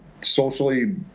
socially